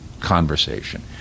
conversation